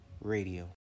Radio